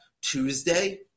Tuesday